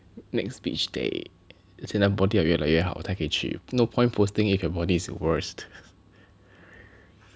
next beach day 他 body 越来越好他可以去 no point posting if your body is worse